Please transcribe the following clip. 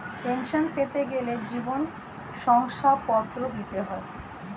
pension পেতে গেলে জীবন শংসাপত্র দিতে হয়